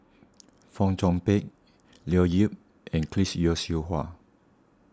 Fong Chong Pik Leo Yip and Chris Yeo Siew Hua